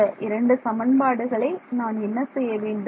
இந்த இரண்டு சமன்பாடுகளை நான் என்ன செய்ய வேண்டும்